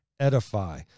Edify